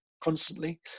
constantly